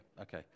Okay